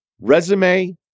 Resume